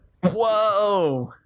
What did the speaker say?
Whoa